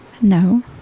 No